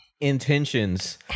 intentions